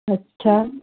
अछा